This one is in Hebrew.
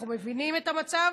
אנחנו מבינים את המצב.